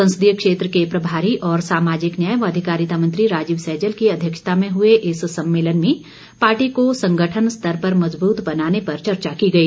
संसदीय क्षेत्र के प्रभारी और सामाजिक न्याय व अधिकारिता मंत्री राजीव सैजल की अध्यक्षता में हए इस सम्मेलन में पार्टी को संगठन स्तर पर मज़बूत बनाने पर चर्चा की गई